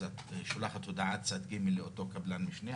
אז את שולחת הודעת צד ג' לאותו קבלן משנה.